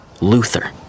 Luther